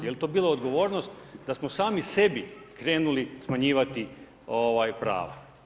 Jel to bila odgovornost, da smo sami sebi, krenuli smanjivati prava.